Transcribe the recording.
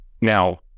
Now